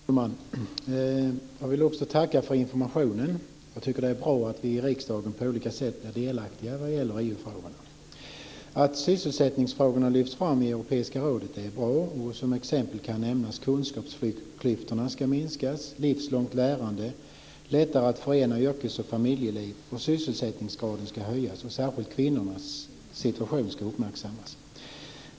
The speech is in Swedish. Fru talman! Jag vill också tacka för informationen. Jag tycker att det är bra att vi i riksdagen på olika sätt är delaktiga i EU-frågorna. Att sysselsättningsfrågorna lyfts fram i Europeiska rådet är bra. Som exempel kan nämnas minskade kunskapsklyftor, livslångt lärande, ökade möjligheter att förena yrkes och familjeliv, ökad sysselsättningsgrad och att särskilt kvinnornas situation ska uppmärksammas.